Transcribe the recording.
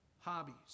hobbies